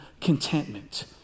contentment